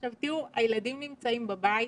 עכשיו תראו, הילדים נמצאים בבית,